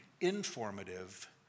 informative